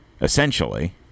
essentially